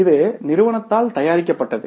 இது நிறுவனத்தால் தயாரிக்கப்பட்டது